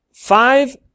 Five